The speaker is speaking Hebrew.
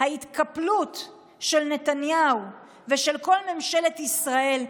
ההתקפלות של נתניהו ושל כל ממשלת ישראל,